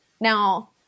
Now